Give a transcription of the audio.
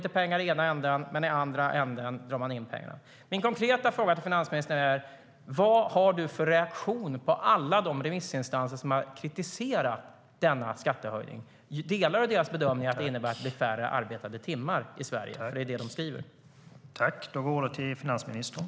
Man får visserligen lite pengar i ena änden, men i andra änden dras pengarna in. Min konkreta fråga till finansministern är: Vad har du för reaktion på alla remissinstanser som har kritiserat skattehöjningen, Magdalena Andersson? Delar du deras bedömning att det innebär att det blir färre arbetade timmar i Sverige? För det är vad de skriver.